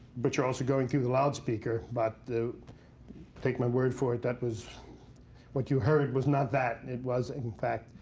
but you're also going through the loudspeaker. but take my word for it, that was what you heard was not that. it was, in fact,